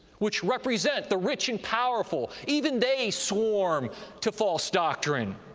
which represent the rich and powerful, even they swarm to false doctrine.